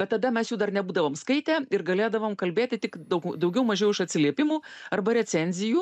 bet tada mes jų dar nebūdavom skaitę ir galėdavom kalbėti tik daug daugiau mažiau iš atsiliepimų arba recenzijų